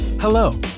Hello